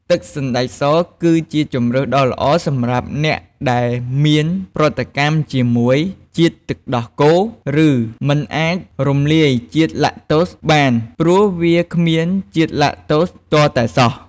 ទឹកសណ្តែកសគឺជាជម្រើសដ៏ល្អសម្រាប់អ្នកដែលមានប្រតិកម្មជាមួយជាតិទឹកដោះគោ ឬមិនអាចរំលាយជាតិឡាក់តូសបាន ព្រោះវាគ្មានជាតិឡាក់តូសទាល់តែសោះ។